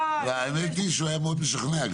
והאמת היא שהוא היה מאוד משכנע.